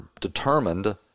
determined